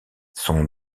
son